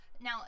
Now